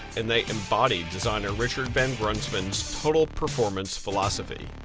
and they embody designer, richard vangrunsven's total performance philosophy.